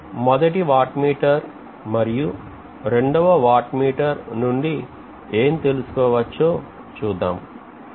మొదటి watt meter మరియు రెండవ వాట్మీటర్నుండి ఏం తెలుసుకోవచ్చో చూద్దాం